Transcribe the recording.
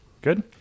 good